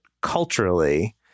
culturally